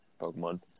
Pokemon